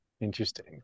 interesting